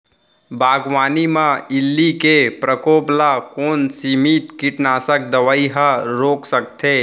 बागवानी म इल्ली के प्रकोप ल कोन सीमित कीटनाशक दवई ह रोक सकथे?